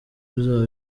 bizaba